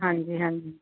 ਹਾਂਜੀ ਹਾਂਜੀ